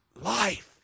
life